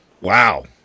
Wow